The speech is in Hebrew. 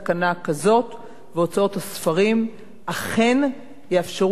והוצאות הספרים אכן יאפשרו גם לסופרים מתחילים.